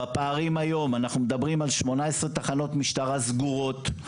בפערים היום אנחנו מדברים על 18 תחנות משטרה סגורות,